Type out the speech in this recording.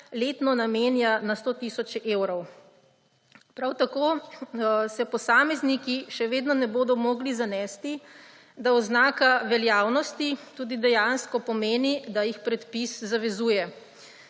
letno namenja na 100 tisoče evrov. Prav tako se posamezniki še vedno ne bodo mogli zanesti, da oznaka veljavnosti tudi dejansko pomeni, da jih predpis zavezuje.